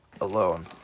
alone